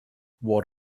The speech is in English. what